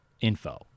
info